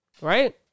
Right